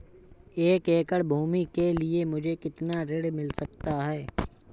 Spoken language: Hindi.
एक एकड़ भूमि के लिए मुझे कितना ऋण मिल सकता है?